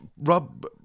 Rob